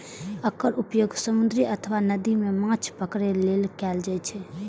एकर उपयोग समुद्र अथवा नदी मे माछ पकड़ै लेल कैल जाइ छै